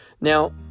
Now